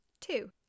Two